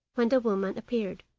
when the woman appeared.